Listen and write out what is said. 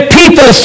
people